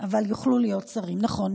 אבל יוכלו להיות שרים, נכון.